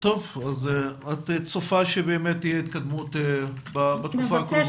את צופה שבאמת תהיה התקדמות בתקופה הקרובה?